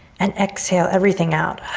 and exhale everything out.